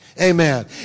Amen